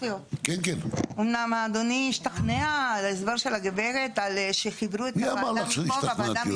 אמנם אדוני השתכנע להסבר של הגברת על שחיברו --- מי אמר לך שהשתכנעתי?